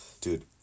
dude